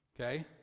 Okay